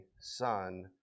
son